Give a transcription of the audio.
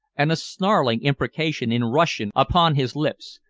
and a snarling imprecation in russian upon his lips.